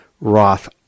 Roth